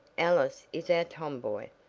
alice is our tom-boy,